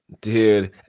dude